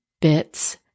bits